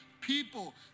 people